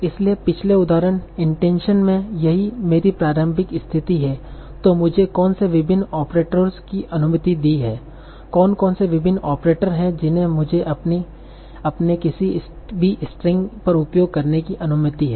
इसलिए पिछले उदाहरण इनटेनशन में यही मेरी प्रारंभिक स्थिति है तो मुझे कौन से विभिन्न ऑपरेटरों को अनुमति दी है कौन कौन से विभिन्न ऑपरेटर है जिन्हें मुझे अपने किसी भी स्ट्रिंग पर उपयोग करने की अनुमति है